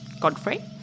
Godfrey